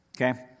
Okay